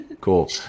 Cool